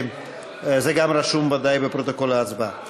זה גם רשום ודאי בפרוטוקול ההצבעה.